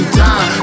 time